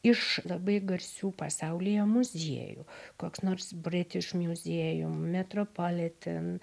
iš labai garsių pasaulyje muziejų koks nors british museum metropolitan